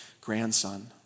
grandson